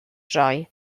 droi